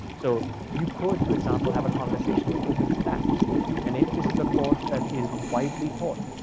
so you could, for example, have a conversation with open stacks and if this is a course that is widely taught